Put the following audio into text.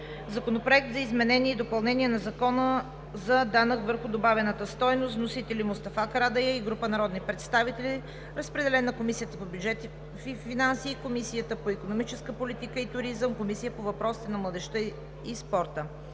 Законопроект за изменение и допълнение на Закона за данък върху добавената стойност. Вносители – Мустафа Карадайъ и група народни представители. Разпределен е на Комисията по бюджет и финанси, Комисията по икономическа политика и туризъм, Комисията по въпросите на децата, младежта и спорта.